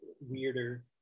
weirder